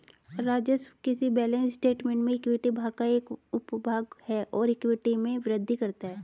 राजस्व किसी balance statement में इक्विटी भाग का एक उपभाग है और इक्विटी में वृद्धि करता है